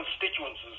constituencies